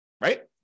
Right